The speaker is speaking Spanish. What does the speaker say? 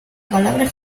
palabra